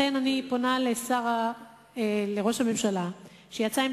לכן אני פונה אל ראש הממשלה, שיצא עם